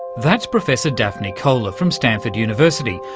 that's professor daphne koller from stanford university,